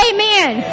Amen